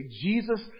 Jesus